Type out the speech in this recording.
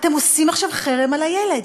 אתם עושים עכשיו חרם על הילד.